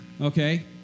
okay